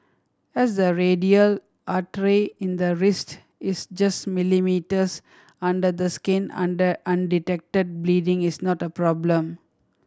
as the radial artery in the wrist is just millimetres under the skin under undetected bleeding is not a problem